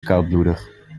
koudbloedig